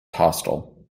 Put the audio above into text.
hostile